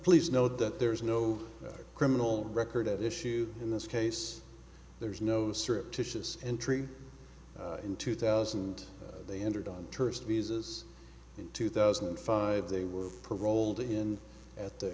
please know that there is no criminal record at issue in this case there is no surreptitious entry in two thousand they entered on tourist visas in two thousand and five they were paroled in at the